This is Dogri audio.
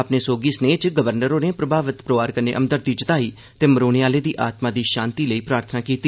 अपने सोह्गी स्नेहे च गवर्नर होरें प्रभावित परिवार कन्नै हमदर्दी जताई ते मरोने आले दी आत्मा दी शांति लेई प्रार्थना कीती